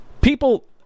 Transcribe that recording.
people